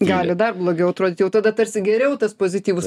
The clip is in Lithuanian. gali dar blogiau atrodyt jau tada tarsi geriau tas pozityvus